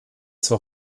zur